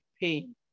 pain